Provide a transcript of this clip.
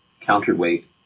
counterweight